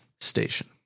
station